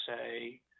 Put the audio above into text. say